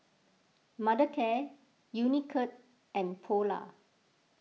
Mothercare Unicurd and Polar